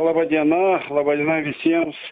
laba diena laba diena visiems